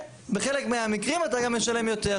שבחלק מהמקרים אתה גם משלם יותר.